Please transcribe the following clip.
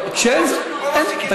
או שמפסיקים את הדיון,